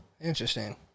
Interesting